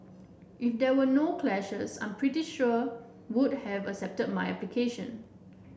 if there were no clashes I'm pretty sure would have accepted my application